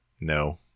No